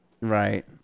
right